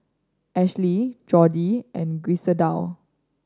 Ashli Jordi and Griselda